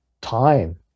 time